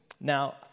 Now